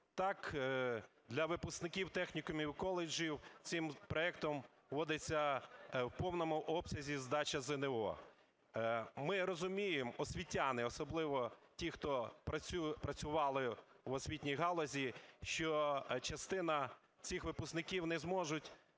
Так, для випускників технікумів і коледжів цим проектом вводиться в повному обсязі здача ЗНО. Ми розуміємо, освітяни, особливо ті, хто працювали в освітній галузі, що частина цих випускників не зможуть